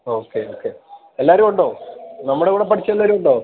okay okay എല്ലാവരുമുണ്ടോ നമ്മുടെ കൂടെ പഠിച്ച എല്ലാവരുമുണ്ടോ